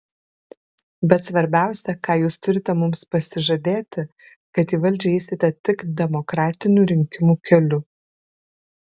bet svarbiausia ką jūs turite mums pasižadėti kad į valdžią eisite tik demokratinių rinkimų keliu